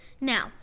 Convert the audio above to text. Now